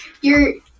You're-